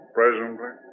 presently